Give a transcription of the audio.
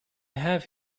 have